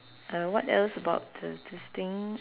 uh what else about the this thing